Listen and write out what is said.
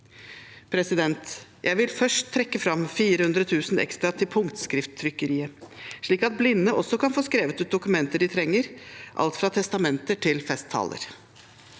Jeg vil først trekke fram 400 000 kr ekstra til punktskrifttrykkeriet, slik at blinde også kan få skrevet ut dokumenter de trenger, alt fra testamenter til festtaler.